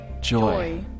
joy